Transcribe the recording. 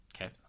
Okay